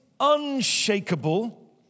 unshakable